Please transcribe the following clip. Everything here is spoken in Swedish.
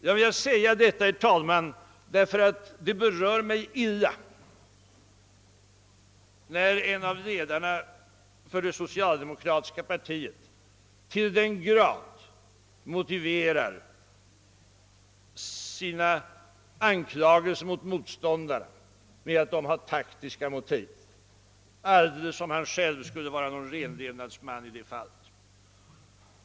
Jag har velat påpeka detta, herr talman, därför att det berör mig illa när en av ledarna för det socialdemokratiska partiet så uttryckligt motiverar sina anklagelser mot motståndarna med att de har taktiska motiv, alldeles som om han själv som företrädare för sitt parti skulle vara någon renlevnadsman i det fallet.